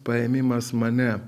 paėmimas mane